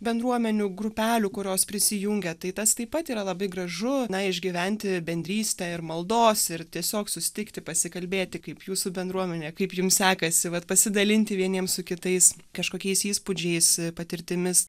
bendruomenių grupelių kurios prisijungia tai tas taip pat yra labai gražu na išgyventi bendrystę ir maldos ir tiesiog susitikti pasikalbėti kaip jūsų bendruomenė kaip jums sekasi vat pasidalinti vieniems su kitais kažkokiais įspūdžiais patirtimis